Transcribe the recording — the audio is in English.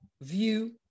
view